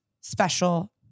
special